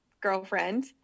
girlfriend